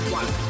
one